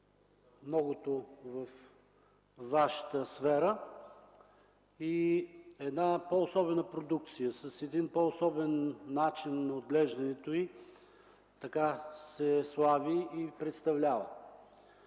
многото във Вашата сфера и е една по-особена продукция, с един по-особен начин на отглеждането й. Така се слави и представлява.